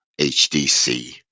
HDC